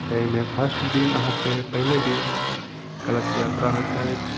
जाइमे फर्स्ट दिन अहाँके पहिले दिन कलश यात्रा होइत अछि